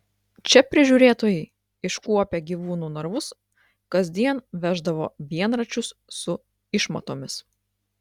čia prižiūrėtojai iškuopę gyvūnų narvus kasdien veždavo vienračius su išmatomis